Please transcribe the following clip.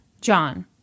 John